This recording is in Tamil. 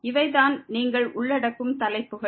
எனவே இவை தான் நீங்கள் உள்ளடக்கும் தலைப்புகள்